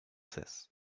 cesse